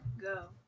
go